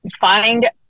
find